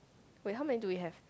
wait how many do we have